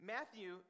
Matthew